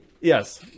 Yes